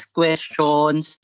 questions